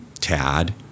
Tad